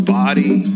body